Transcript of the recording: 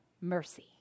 mercy